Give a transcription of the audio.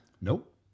Nope